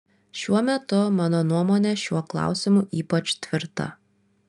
šiuo metu mano nuomonė šiuo klausimu ypač tvirta